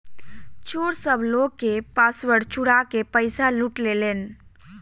चोर सब लोग के पासवर्ड चुरा के पईसा लूट लेलेन